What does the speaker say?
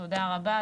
תודה רבה.